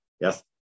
yes